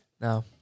Now